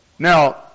Now